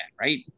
right